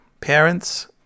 parents